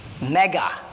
Mega